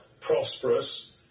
prosperous